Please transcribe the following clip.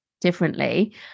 differently